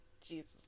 Jesus